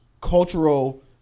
cultural